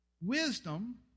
Wisdom